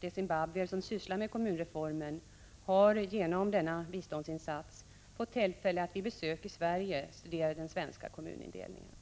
de zimbabwier som sysslar med kommunreformen har genom denna biståndsinsats fått tillfälle att vid besök i Sverige studera den svenska kommunindelningen.